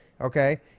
Okay